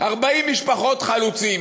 40 משפחות חלוצים,